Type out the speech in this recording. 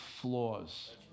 flaws